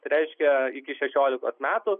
reiškia iki šešiolikos metų